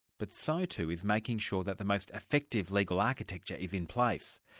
but so too is making sure that the most effective legal architecture is in place.